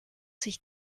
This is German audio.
sich